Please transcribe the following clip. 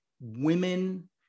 women